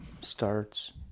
starts